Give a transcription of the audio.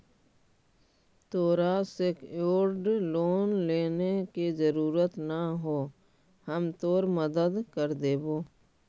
तोरा secured loan लेने के जरूरत न हो, हम तोर मदद कर देबो